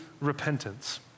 repentance